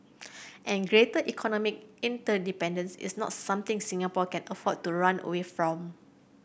and greater economic interdependence is not something Singapore can afford to run away from